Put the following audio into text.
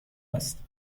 است